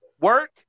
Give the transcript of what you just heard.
work